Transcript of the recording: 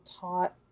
taught